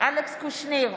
אלכס קושניר,